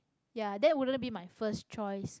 ya that wouldn't be my first choice